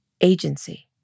agency